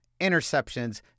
interceptions